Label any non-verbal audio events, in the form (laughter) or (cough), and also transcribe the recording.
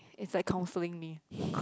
it's like counselling me (breath)